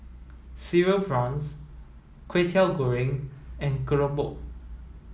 cereal prawns Kwetiau Goreng and Keropok